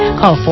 call